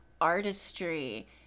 artistry